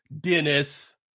Dennis